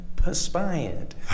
perspired